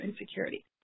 insecurity